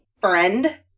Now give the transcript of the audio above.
friend